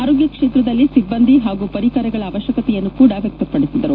ಆರೋಗ್ಯ ಕ್ಷೇತ್ರದಲ್ಲಿ ಸಿಬ್ಬಂದಿ ಹಾಗೂ ಪರಿಕರಗಳ ಅವಶ್ಯಕತೆಯನ್ನೂ ಕೂಡ ವ್ಯಕ್ತಪದಿಸಿದರು